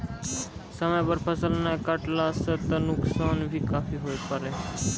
समय पर फसल नाय कटला सॅ त नुकसान भी काफी हुए पारै